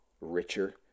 richer